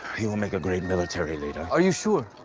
he will make a great military leader. are you sure?